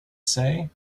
say